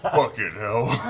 fucking hell.